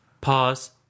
Pause